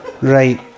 Right